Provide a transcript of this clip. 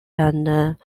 and